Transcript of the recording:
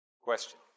Question